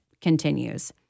continues